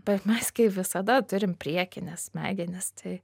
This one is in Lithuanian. bet mes visada turim priekines smegenis tai